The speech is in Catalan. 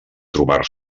trobar